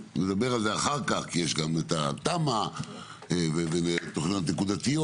נדבר על זה אחר כך כי יש גם את התמ"א ותוכניות נקודתיות.